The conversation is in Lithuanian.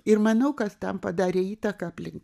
ir manau kad tam padarė įtaką aplinka